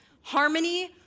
harmony